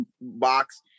box